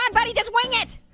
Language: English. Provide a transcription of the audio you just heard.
um buddy, just wing it!